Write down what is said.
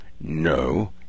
No